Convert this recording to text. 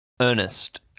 Ernest